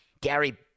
Gary